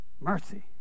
Mercy